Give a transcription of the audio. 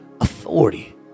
authority